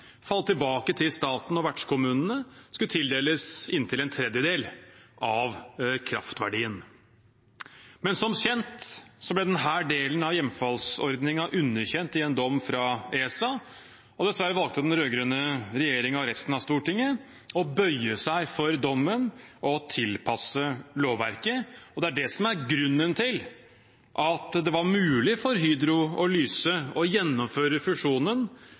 tilbake til staten, og vertskommunene skulle tildeles inntil en tredjedel av kraftverdien. Men som kjent ble denne delen av hjemfallsordningen underkjent i en dom fra ESA, og dessverre valgte den rød-grønne regjeringen og resten av Stortinget å bøye seg for dommen og tilpasse lovverket. Det er det som er grunnen til at det var mulig for Hydro og Lyse å gjennomføre fusjonen